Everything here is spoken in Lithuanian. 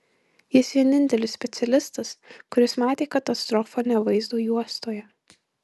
jis vienintelis specialistas kuris matė katastrofą ne vaizdo juostoje